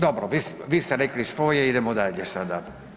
Dobro vi ste rekli svoje i idemo dalje sada.